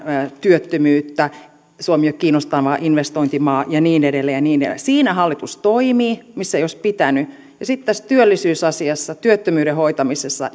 työttömyyttä suomi ei ole kiinnostava investointimaa ja niin edelleen siinä hallitus toimi missä ei olisi pitänyt ja sitten tässä työllisyysasiassa työttömyyden hoitamisessa